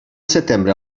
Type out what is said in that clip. setembre